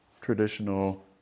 traditional